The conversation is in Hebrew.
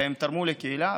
ושהם תרמו לקהילה,